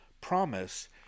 promise